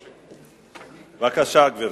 בבקשה, גברתי.